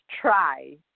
try